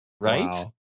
right